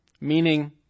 meaning